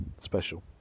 Special